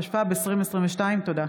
התשפ"ב 2022. תודה.